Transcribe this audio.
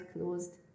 closed